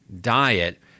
diet